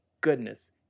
goodness